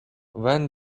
when